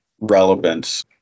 relevance